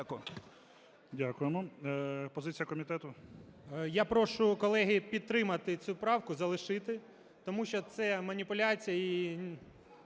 Дякую.